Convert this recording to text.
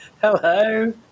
Hello